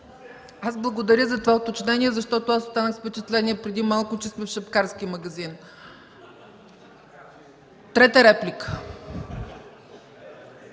Аз благодаря за това уточнение, защото останах с впечатлението преди малко, че сме в шапкарски магазин. Трета реплика?